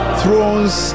thrones